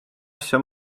asju